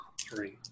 three